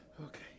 Okay